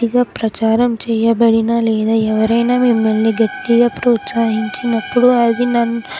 గట్తిగా ప్రచారం చేయబడిన లేదా ఎవరైనా మిమ్మల్ని గట్టిగా ప్రోత్సహించినప్పుడు అది నన్